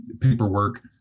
paperwork